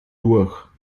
durch